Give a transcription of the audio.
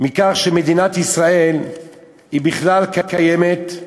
מכך שמדינת ישראל בכלל קיימת,